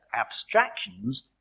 abstractions